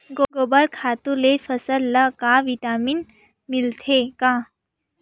गोबर खातु ले फसल ल का विटामिन मिलथे का?